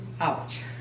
Ouch